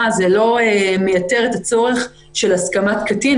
זה לא מייתר את הצורך של הסכמת קטין,